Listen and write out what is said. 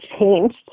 changed